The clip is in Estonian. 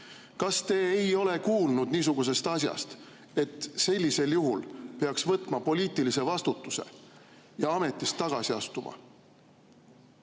Kas te ei ole kuulnud niisugusest asjast, et sellisel juhul peaks võtma poliitilise vastutuse ja ametist tagasi astuma?